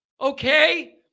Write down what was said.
Okay